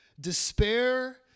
Despair